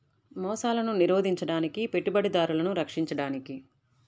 మోసాలను నిరోధించడానికి, పెట్టుబడిదారులను రక్షించడానికి